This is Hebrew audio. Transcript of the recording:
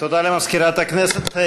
תודה למזכירת הכנסת.